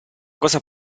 cosa